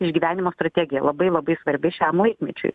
išgyvenimo strategija labai labai svarbi šiam laikmečiui